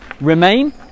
remain